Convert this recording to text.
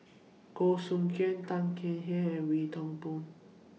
Goh Soo Khim Tan Kek Hiang and Wee Toon Boon